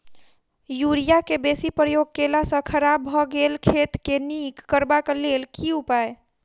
Urea केँ बेसी प्रयोग केला सऽ खराब भऽ गेल खेत केँ नीक करबाक लेल की उपाय?